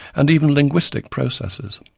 and even linguistic processes.